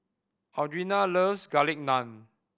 Audrina loves Garlic Naan